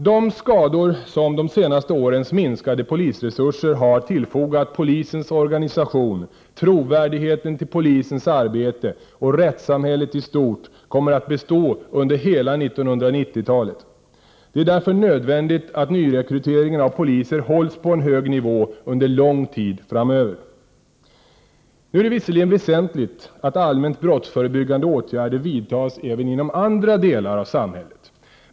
De skador som de senaste årens minskade polisresurser har tillfogat polisens organisation, trovärdigheten till polisens arbete och rättssamhället i stort kommer att bestå under hela 1990-talet. Därför är det nödvändigt att nyrekryteringen av poliser hålls på en hög nivå under lång tid framöver. Det är visserligen väsentligt att allmänt brottsförebyggande åtgärder vidtas även inom andra delar av samhället.